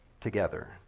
together